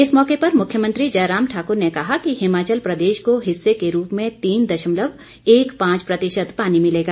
इस मौके पर मुख्यमंत्री जयराम ठाकुर ने कहा कि हिमाचल प्रदेश को हिस्से के रूप में तीन दशमलव एक पांच प्रतिशत पानी मिलेगा